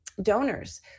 Donors